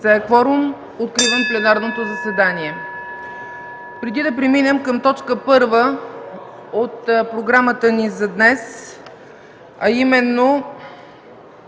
е кворум – откривам пленарното заседание. (Звъни.) Преди да преминем към точка първа от програмата ни за днес, а именно